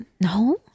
No